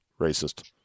racist